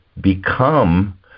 become